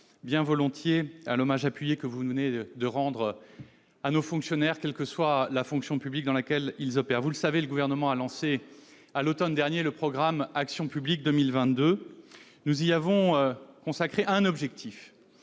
bien volontiers à l'hommage appuyé que vous venez de rendre à nos fonctionnaires, quelle que soit la fonction publique dans laquelle ils exercent. Vous le savez, le Gouvernement a lancé à l'automne dernier le programme Action publique 2022, auquel nous avons assigné un objectif